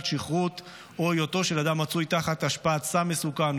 שכרות או היותו של אדם המצוי תחת השפעת סם מסוכן.